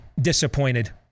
disappointed